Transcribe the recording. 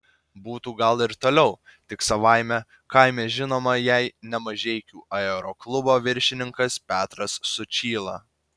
būtų gal ir toliau tik savame kaime žinoma jei ne mažeikių aeroklubo viršininkas petras sučyla